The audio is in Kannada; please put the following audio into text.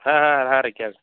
ಹಾಂ ಹಾಂ ಹಾಂ ರೀ ಕೇಳ್ಸಿ